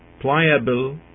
pliable